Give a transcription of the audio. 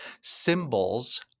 symbols